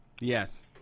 Yes